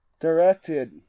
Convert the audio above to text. directed